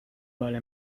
vale